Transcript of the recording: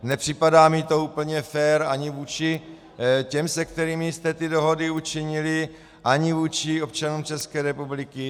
Nepřipadá mi to úplně fér ani vůči těm, se kterými jste ty dohody učinili, ani vůči občanům České republiky.